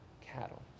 cattle